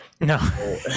No